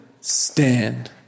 stand